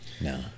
No